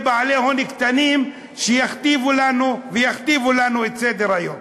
בעלי הון קטנים שיכתיבו לנו ויכתיבו לנו את סדר-היום.